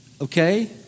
Okay